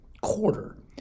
Quarter